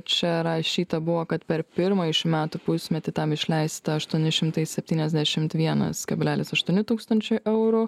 čia rašyta buvo kad per pirmąjį šių metų pusmetį tam išleista aštuoni šimtai septyniasdešimt vienas kablelis aštuoni tūkstančių eurų